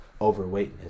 overweightness